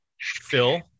Phil